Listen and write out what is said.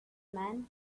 man